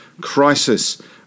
crisis